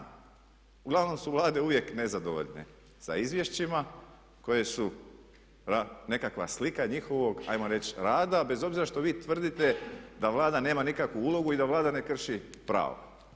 Uglavnom su Vlade uvijek nezadovoljne sa izvješćima koje su nekakva slika njihovog hajmo reći rada bez obzira što vi tvrdite da Vlada nema nikakvu ulogu i da Vlada ne krši pravo.